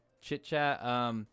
chit-chat